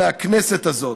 מהכנסת הזאת.